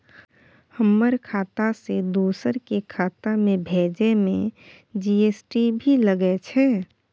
हमर खाता से दोसर के खाता में भेजै में जी.एस.टी भी लगैछे?